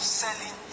selling